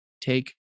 take